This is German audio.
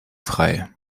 frei